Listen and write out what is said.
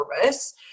service